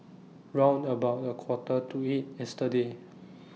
round about A Quarter to eight yesterday